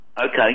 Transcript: Okay